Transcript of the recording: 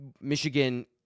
Michigan